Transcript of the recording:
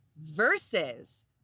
versus